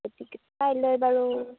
গতিকে চাই লৈ বাৰু